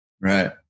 Right